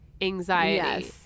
anxiety